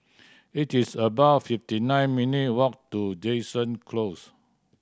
it is about fifty nine minute walk to Jansen Close